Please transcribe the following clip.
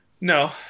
no